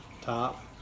top